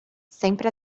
sempre